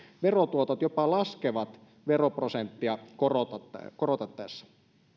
verotuotot jopa laskevat veroprosenttia korotettaessa korotettaessa